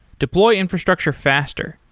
deploy infrastructure faster.